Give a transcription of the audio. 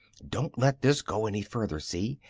don't let this go any further, see?